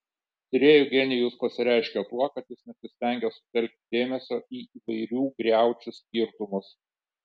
tyrėjo genijus pasireiškė tuo kad jis nesistengė sutelkti dėmesio į įvairių griaučių skirtumus